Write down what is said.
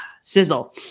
sizzle